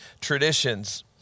traditions